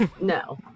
no